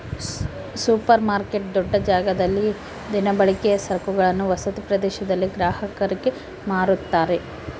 super market ದೊಡ್ಡ ಜಾಗದಲ್ಲಿ ದಿನಬಳಕೆಯ ಸರಕನ್ನು ವಸತಿ ಪ್ರದೇಶದಲ್ಲಿ ಗ್ರಾಹಕರಿಗೆ ಮಾರುತ್ತಾರೆ